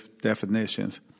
definitions